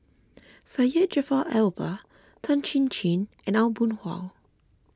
Syed Jaafar Albar Tan Chin Chin and Aw Boon Haw